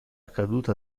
caduta